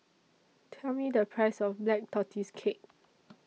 Tell Me The Price of Black Tortoise Cake